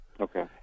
Okay